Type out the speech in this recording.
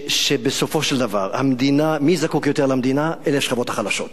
שבסופו של דבר מי שזקוק יותר למדינה אלה השכבות החלשות.